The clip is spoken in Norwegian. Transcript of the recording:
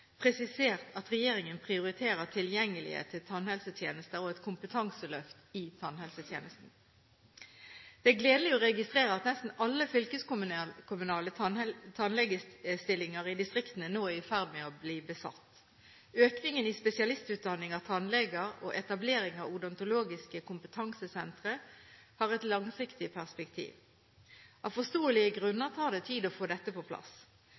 presisert at regjeringen prioriterer tilgjengelighet til tannhelsetjenester og et kompetanseløft i tannhelsetjenesten. Det er gledelig å registrere at nesten alle fylkeskommunale tannlegestillinger i distriktene nå er i ferd med å bli besatt. Økningen i spesialistutdanning av tannleger og etablering av odontologiske kompetansesentre har et langsiktig perspektiv. Av forståelige grunner tar det tid å få dette på plass.